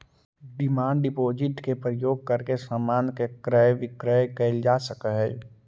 demand deposit के प्रयोग करके समान के क्रय विक्रय कैल जा सकऽ हई